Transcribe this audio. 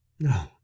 No